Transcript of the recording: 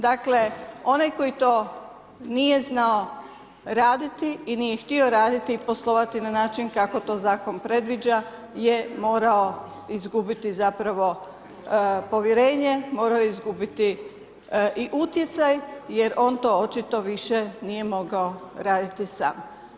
Dakle, onaj koji to nije znao raditi i nije htio raditi i poslovati na način kako to zakon predviđa je morao izgubiti zapravo povjerenje, morao je izgubiti i utjecaj jer on to očito više nije mogao raditi sam.